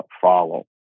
follow